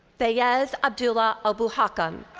theyez abdullah al-buhakam.